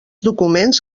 documents